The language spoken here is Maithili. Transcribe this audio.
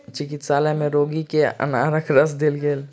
चिकित्सालय में रोगी के अनारक रस देल गेल